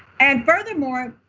and furthermore,